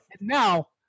Now